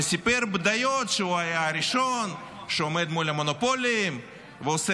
וסיפר בדיות שהוא הראשון שעומד מול המונופולים ועושה